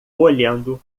olhando